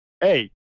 Hey